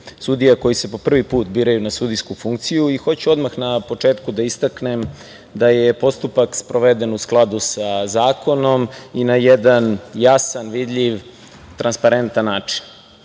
sudija koji se po prvi put biraju na sudijsku funkciju. Hoću odmah na početku da istaknem da je postupak sproveden u skladu sa zakonom i na jedan jasan, vidljiv, transparentan način. Upravo